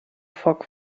foc